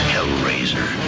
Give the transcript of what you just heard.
Hellraiser